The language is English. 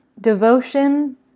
devotion